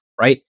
right